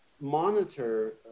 monitor